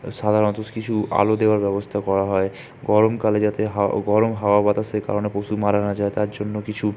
সাধারণত কিছু আলো দেওয়ার ব্যবস্থা করা হয় গরমকালে যাতে হাওয়া গরম হাওয়া বাতাসের কারণে পশু মারা না যায় তার জন্য কিছু